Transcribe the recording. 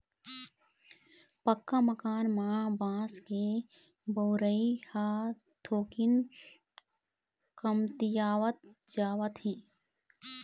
पक्का मकान म बांस के बउरई ह थोकिन कमतीयावत जावत हे